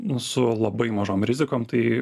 nu su labai mažom rizikom tai